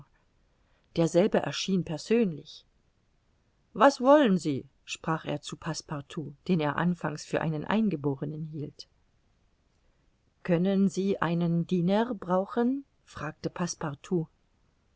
derselbe erschien persönlich was wollen sie sprach er zu passepartout den er anfangs für einen eingeborenen hielt können sie einen diener brauchen fragte